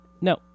no